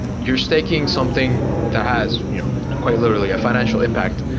you're staking something that has you know quite literally a financial impact.